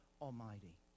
Almighty